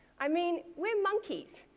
i mean, we're monkeys,